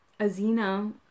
Azina